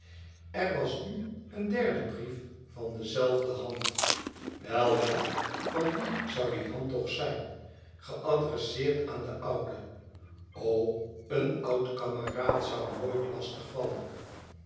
er was nu een derde brief van de zelfde hand wel wel van wien zoû die hand toch zijn geadresseerd aan den oude o een oud kameraad zoû nooit lastig vallen